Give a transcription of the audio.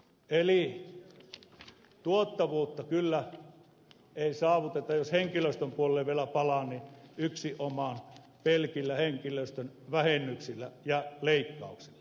eli tuottavuutta ei kyllä saavuteta jos henkilöstöpuolelle vielä palaan yksinomaan pelkillä henkilöstön vähennyksillä ja leikkauksilla